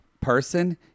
person